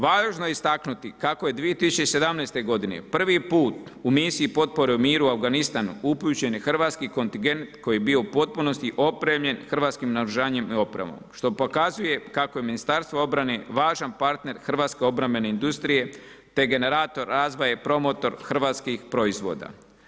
Važno je istaknuti kako je 2017. godine prvi put u misiji potpore miru u Afganistanu upućen hrvatski kontingent koji je bio u potpunosti opremljen hrvatskim naoružanjem i opremom što pokazuje kako je Ministarstvo obrane važan partner hrvatske obrambene industrije te generator razvoja i promotor hrvatskih proizvoda.